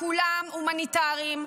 כולם הומניטריים,